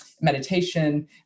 meditation